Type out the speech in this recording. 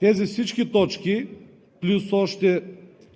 Тези всички точки плюс още